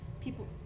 people